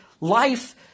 life